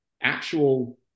actual